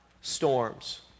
storms